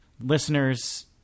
listeners